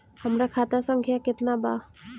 हमरा खाता संख्या केतना बा?